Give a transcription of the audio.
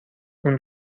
اون